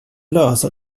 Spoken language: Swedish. lösa